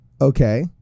okay